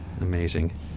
Amazing